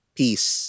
peace